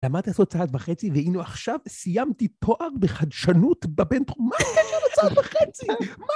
למדתי לעשות צעד וחצי, והנה עכשיו סיימתי תואר בחדשנות בבינתחומי. מה הקשר לצעד וחצי? מה?